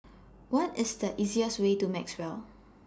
What IS The easiest Way to Maxwell